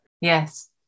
Yes